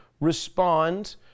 respond